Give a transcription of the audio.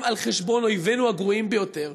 גם על חשבון אויבינו הגרועים ביותר,